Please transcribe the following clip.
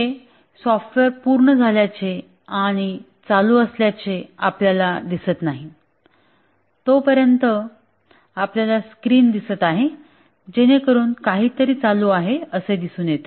हे सॉफ्टवेअर पूर्ण झाल्याचे आणि चालू असल्याचे आपल्याला दिसत नाही तोपर्यंत आपल्याला स्क्रीन दिसत आहे जेणेकरून काहीतरी दिसून येते